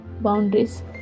boundaries